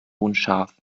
unscharf